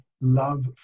love